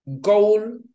goal